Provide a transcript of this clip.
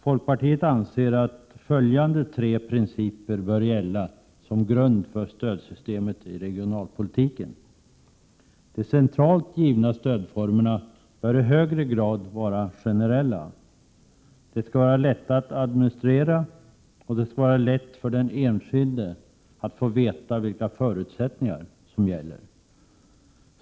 Folkpartiet anser att följande tre principer bör gälla som grund för stödsystemet i regionalpolitiken: De centralt givna stödformerna bör i högre grad vara generella. De skall vara lätta att administrera, och det skall vara lätt för den enskilde att få veta vilka förutsättningar som gäller.